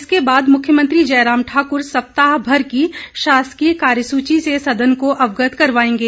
इसके बाद मुख्यमंत्री जयराम ठाकुर सप्ताह भर की शासकीय कार्य सूची से सदन को अवगत करवाएंगे